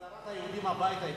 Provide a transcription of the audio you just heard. בהחזרת היהודים הביתה התכוונתי.